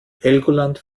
helgoland